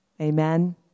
Amen